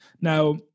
now